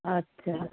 আচ্ছা